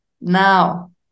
now